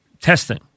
testing